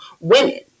women